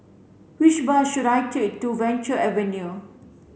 which bus should I take to Venture Avenue